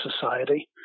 society